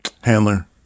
handler